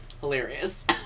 Hilarious